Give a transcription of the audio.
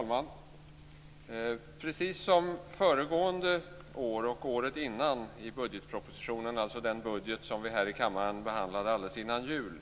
Fru talman! Precis som det föregående året och året dessförinnan skrev regeringen i budgetpropositionen avseende den budget som vi här i kammaren behandlade alldeles före julen